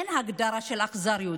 אין הגדרה של אכזריות,